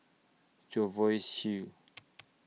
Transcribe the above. Jervois Hill